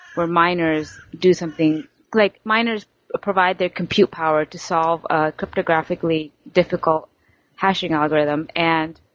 where miners do something like miners provide their compute power to solve a cryptographically difficult hashing algorithm and